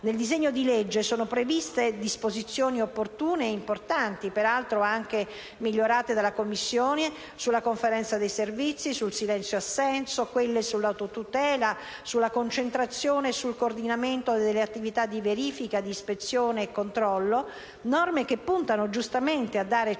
Nel disegno di legge sono previste disposizioni opportune e importanti, peraltro anche migliorate dalla Commissione, sulla Conferenza dei servizi, sul silenzio-assenso, sull'autotutela, sulla concentrazione e sul coordinamento delle attività di verifica, di ispezione e controllo; norme che puntano, giustamente, a dare certezza